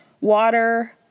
water